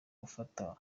gufata